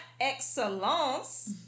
excellence